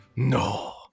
No